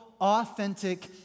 authentic